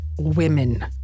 women